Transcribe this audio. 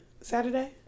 Saturday